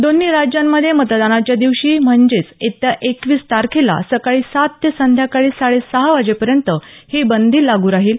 दोन्ही राज्यांमधे मतदानाच्या दिवशी म्हणजे येत्या एकवीस तारखेला सकाळी सात ते संध्याकाळी साडे सहा वाजेपर्यंत ही बंदी लागू राहील